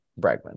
Bregman